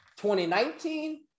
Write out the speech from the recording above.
2019